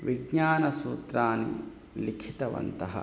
विज्ञानसूत्राणि लिखितवन्तः